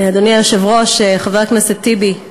אדוני היושב-ראש, חבר הכנסת טיבי,